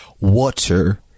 water